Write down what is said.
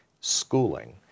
schooling